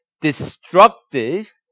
destructive